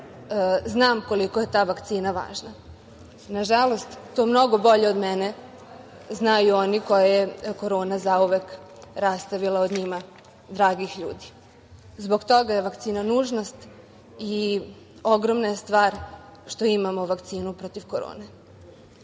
znam koliko je ta vakcina važna. Na žalost, to mnogo bolje od mene znaju oni koje je korona zauvek rastavila od njima dragih ljudi. Zbog toga je vakcina nužnost i ogromna je stvar što imamo vakcinu protiv korone. Pitam